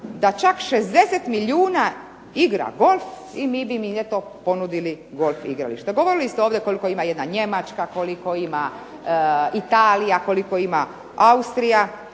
da čak 60 milijuna igra golf i mi bi im eto ponudili golf igrališta. Govorili ste ovdje koliko ima jedna Njemačka, koliko ima Italija, koliko ima Austrija,